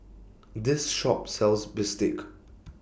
This Shop sells Bistake